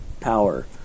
Power